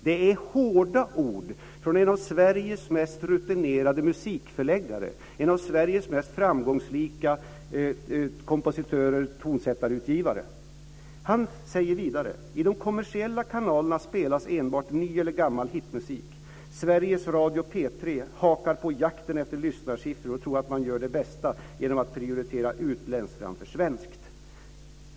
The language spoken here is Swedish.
Detta är hårda ord från en av Sveriges mest rutinerade musikförläggare, en av Sveriges mest framgångsrika utgivare av musik. Han säger vidare: "I de kommersiella kanalerna spelas enbart ny eller gammal hitmusik. Sveriges Radio P3 hakar på jakten efter lyssnarsiffror och tror att man gör detta bäst genom att prioritera utländskt framför svenskt."